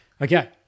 okay